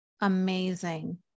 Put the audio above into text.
amazing